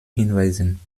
hinweisen